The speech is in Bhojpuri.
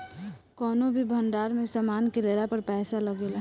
कौनो भी भंडार में सामान के लेला पर पैसा लागेला